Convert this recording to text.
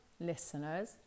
listeners